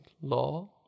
law